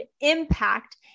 impact